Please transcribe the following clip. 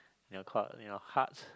in your court in your heart